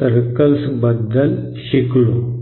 सर्कल्सबद्दल शिकलो